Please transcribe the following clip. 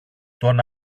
τον